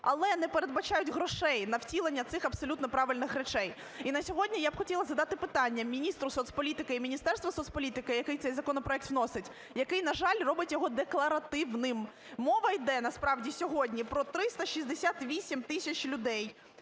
але не передбачають грошей на втілення цих, абсолютно правильних, речей. І на сьогодні я б хотіла задати питання міністру соцполітики і Міністерству соцполітики, який цей законопроект вносить, який, на жаль, робить його декларативним. Мова йде насправді сьогодні про 368 тисяч людей